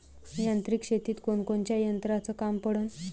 यांत्रिक शेतीत कोनकोनच्या यंत्राचं काम पडन?